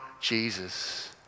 jesus